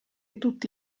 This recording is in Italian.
tutti